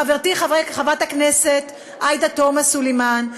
חברתי חברת הכנסת עאידה תומא סלימאן,